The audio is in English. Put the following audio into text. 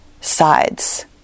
sides